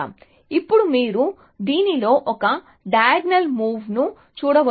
కాబట్టి ఇప్పుడు మీరు దీనిలో ఒక డైయగ్నల్ మూవ్స్ ను చూడవచ్చు